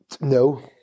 No